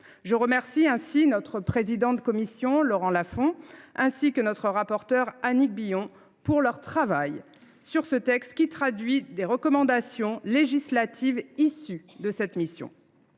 Je remercie le président de notre commission, Laurent Lafon, ainsi que notre rapporteure, Annick Billon, pour leur travail sur ce texte qui traduit des recommandations législatives issues de la mission